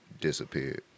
disappeared